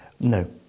No